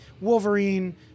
Wolverine